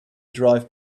drive